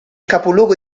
capoluogo